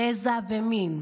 גזע ומין,